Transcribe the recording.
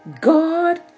God